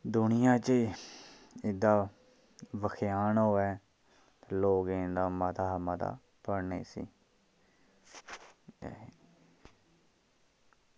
दुनियां च एह्दा व्याख्यान होऐ ते लोग इंदा मता मता पढ़न इसी